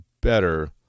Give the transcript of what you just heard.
better